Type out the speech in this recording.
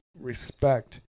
respect